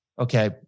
okay